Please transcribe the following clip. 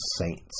saints